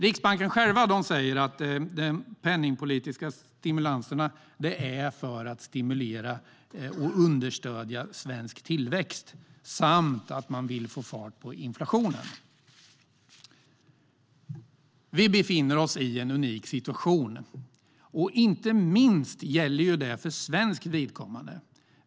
Riksbanken själv säger att de penningpolitiska stimulanserna syftar till att stimulera och understödja svensk tillväxt samt få fart på inflationen. Vi befinner oss i en unik situation, inte minst för svenskt vidkommande.